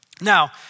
Now